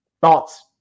Thoughts